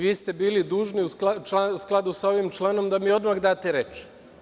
Vi ste bili dužni u skladu sa ovim članom da mi odmah date reč.